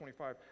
25